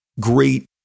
great